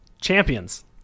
champions